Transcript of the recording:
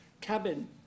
cabin